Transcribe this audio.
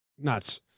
Nuts